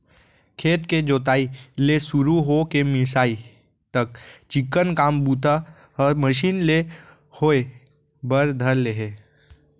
खेत के जोताई ले सुरू हो के मिंसाई तक चिक्कन काम बूता ह मसीन ले होय बर धर ले हे